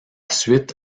suite